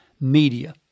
media